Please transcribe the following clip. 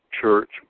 church